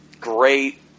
great